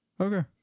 Okay